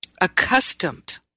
accustomed